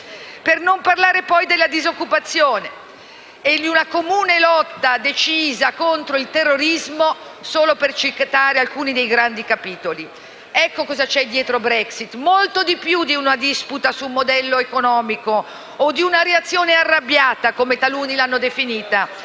Per non parlare poi della disoccupazione e di una comune lotta decisa contro il terrorismo, solo per citare alcuni dei grandi capitoli. Ecco che cosa c'è dietro Brexit: molto di più di una disputa sul modello economico e di una reazione arrabbiata, come taluni l'hanno definita.